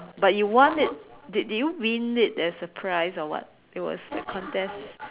but you won it did did you win it as a prize or what it was a contest